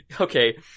okay